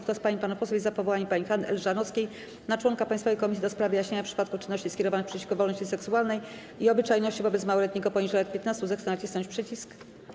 Kto z pań i panów posłów jest za powołaniem pani Hanny Elżanowskiej na członka Państwowej Komisji do spraw wyjaśniania przypadków czynności skierowanych przeciwko wolności seksualnej i obyczajności wobec małoletniego poniżej lat 15, zechce nacisnąć przycisk.